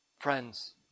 Friends